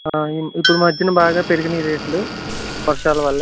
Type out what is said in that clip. ఇప్పుడు ఈ మధ్యన బాగా పెరిగగాయి రేట్లు వర్షాల వల్ల